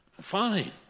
Fine